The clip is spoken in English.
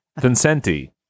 Vincenti